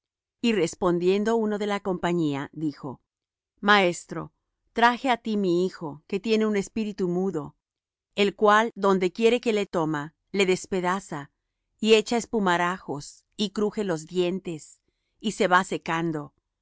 y respondiendo uno de la compañía dijo maestro traje á ti mi hijo que tiene un espíritu mudo el cual donde quiera que le toma le despedaza y echa espumarajos y cruje los dientes y se va secando